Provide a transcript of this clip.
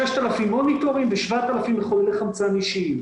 6,000 מוניטורים ו-7,000 מחוללי חמצן אישיים,